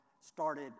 started